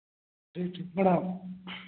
ठीक ठीक प्रणाम